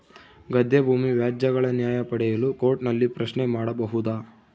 ಗದ್ದೆ ಭೂಮಿ ವ್ಯಾಜ್ಯಗಳ ನ್ಯಾಯ ಪಡೆಯಲು ಕೋರ್ಟ್ ನಲ್ಲಿ ಪ್ರಶ್ನೆ ಮಾಡಬಹುದಾ?